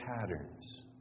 patterns